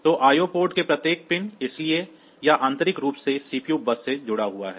तो IO port के प्रत्येक पिन इसलिए यह आंतरिक रूप से सीपीयू बस से जुड़ा हुआ है